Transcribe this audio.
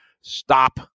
stop